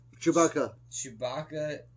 Chewbacca